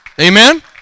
Amen